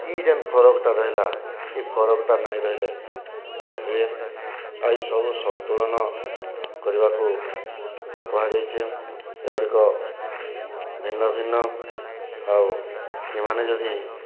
ଇ ଯେନ୍ ଫରକ୍ଟା ରହେଲା ଇ ଫରକ୍ଟା ନାଇଁ ରହେଲେ ନାଇଁ ହୁଏ ଆର୍ ଇ ସବୁ ସନ୍ତୁଳନ କରିବାକୁ କୁହାଯାଇଛେ ଏଗୁଡ଼ିକ ଭିନ୍ନ ଭିନ୍ନ ଆଉ ଇମାନେ ଯଦି